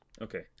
Okay